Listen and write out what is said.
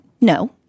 No